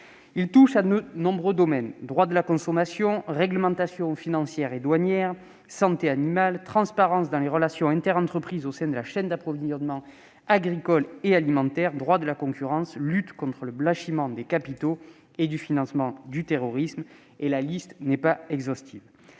Il touche à de nombreux domaines : droit de la consommation, réglementation financière et douanière, santé animale, transparence dans les relations interentreprises au sein de la chaîne d'approvisionnement agricole et alimentaire, droit de la concurrence, lutte contre le blanchiment de capitaux et le financement du terrorisme, etc. Sur le fond, certaines